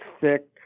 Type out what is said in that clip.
thick